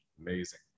Amazing